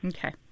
Okay